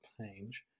page